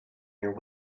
your